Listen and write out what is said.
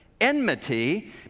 enmity